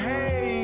Hey